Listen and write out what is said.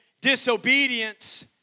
disobedience